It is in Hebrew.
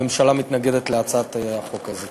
הממשלה מתנגדת להצעת החוק הזאת.